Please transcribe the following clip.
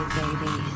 baby